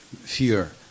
fear